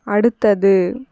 அடுத்தது